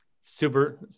Super